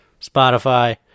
Spotify